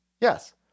Yes